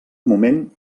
moment